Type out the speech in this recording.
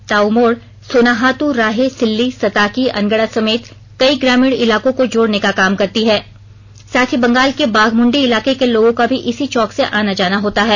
ताऊ मोड़ सोनाहातू राहे सिल्ली सताकी अनगड़ा समेत कई ग्रामीण इलाकों को जोड़ने का काम करती है साथ ही बंगाल के बाघमुंडी इलाके के लोगों का भी इसी चौक से आना जाना होता है